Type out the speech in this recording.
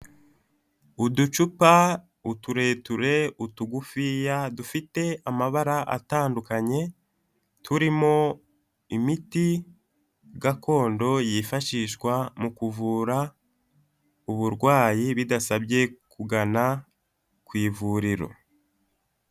Uducupa, utureture, utugufiya dufite amabara atandukanye, turimo imiti gakondo yifashishwa mu kuvura uburwayi bidasabye kugana ku ivuriro.